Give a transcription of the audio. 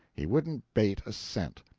he wouldn't bate a cent.